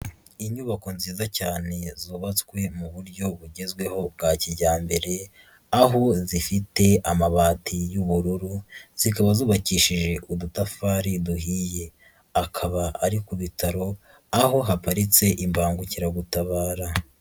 Inyubako nziza cyane zubatswe mu buryo bugezweho bwa kijyambere, aho zifite amabati y'ubururu, zikaba zubakishije udutafari duhiye, akaba ari ku bitaro, aho haparitse imbangukiragutabara.